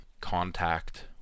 Contact